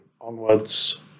onwards